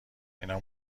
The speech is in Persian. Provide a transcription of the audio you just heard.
اینا